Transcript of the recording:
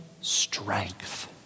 strength